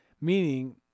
meaning